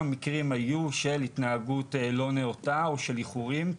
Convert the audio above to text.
מקרים היו של התנהגות לא נאותה או של איחורים,